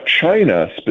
China